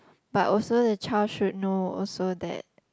but also the child should know also that